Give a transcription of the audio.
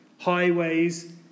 Highways